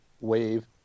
wave